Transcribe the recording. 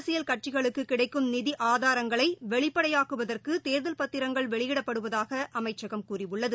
அரசியல் கட்சிகளுக்கு கிடைக்கும் நிதி ஆதாரங்களை வெளிப்படையாக்குவதற்கு தேர்தல் பத்திரங்கள் வெளியிடப்படுவதாக அமைச்சகம் கூறியுள்ளது